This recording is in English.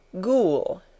Ghoul